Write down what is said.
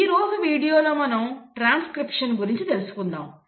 ఈరోజు వీడియోలో మనం ట్రాన్స్క్రిప్షన్ గురించి తెలుసుకుందాం